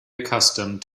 accustomed